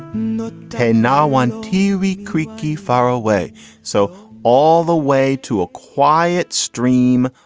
you know ten now one tv creaky far away so all the way to a quiet stream,